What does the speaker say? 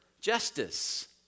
justice